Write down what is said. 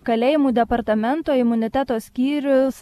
kalėjimų departamento imuniteto skyrius